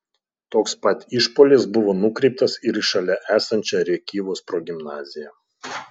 toks pat išpuolis buvo nukreiptas ir į šalia esančią rėkyvos progimnaziją